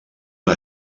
una